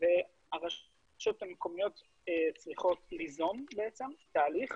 והרשויות המקומיות צריכות ליזום תהליך,